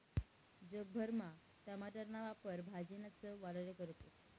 जग भरमा टमाटरना वापर भाजीना चव वाढाले करतस